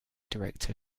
director